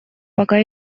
пока